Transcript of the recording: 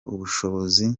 ubushobozi